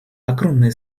огромные